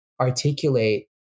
articulate